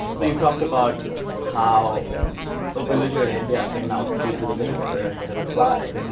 you talked about how a villager in india can now tweet with a minister and get a reply.